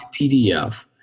PDF